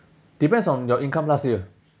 depends on your income last year